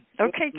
Okay